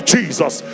Jesus